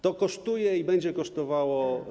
To kosztuje i będzie kosztowało.